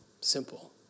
Simple